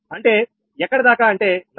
అంటే ఎక్కడి దాకా అంటే 46